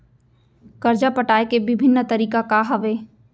करजा पटाए के विभिन्न तरीका का हवे?